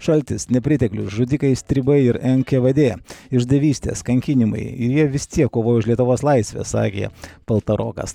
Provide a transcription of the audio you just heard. šaltis nepriteklius žudikai strybai ir en ke ve dė išdavystės kankinimai ir jie vis tiek kovojo už lietuvos laisvę sakė paltarokas